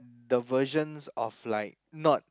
the versions of like not